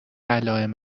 علائم